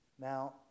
Now